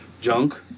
Junk